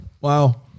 Wow